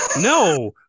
No